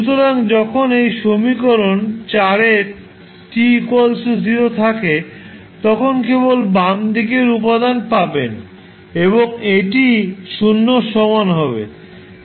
সুতরাং যখন এই সমীকরণ এর t 0 থাকে তখন কেবল বাম দিকের উপাদান পাবেন এবং এটি 0 এর সমান হবে